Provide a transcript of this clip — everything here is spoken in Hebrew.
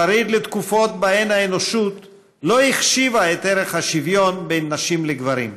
שריד לתקופות שבהן האנושות לא החשיבה את ערך השוויון בין נשים לגברים,